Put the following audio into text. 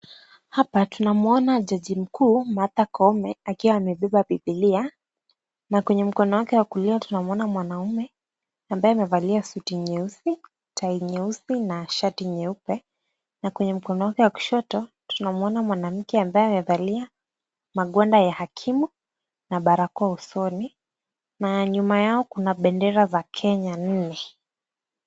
Hapa tunamwona jaji mkuu Martha Koome akiwa amebeba bibilia na kwenye mkono wake wa kulia tunamwona mwanamume ambaye amevalia suti nyeusi, tai nyeusi na shati nyeupe na kwenye mkono wake wa kushoto tunamwona mwanamke ambaye amevalia magwanda ya hakimu na barakoa usoni na nyuma yao kuna bendera za Kenya nne.